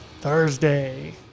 thursday